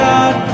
God